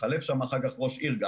התחלף שם אחר כך ראש עיר.